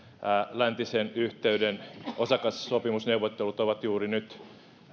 läntisen yhteyden osakassopimusneuvottelut ovat juuri nyt